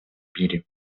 мире